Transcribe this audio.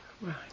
Right